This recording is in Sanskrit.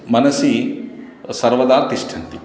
मनसि सर्वदा तिष्ठन्ति